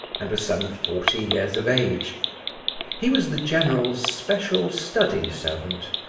and was some forty years of age he was the general's special study servant,